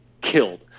killed